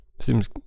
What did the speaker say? Seems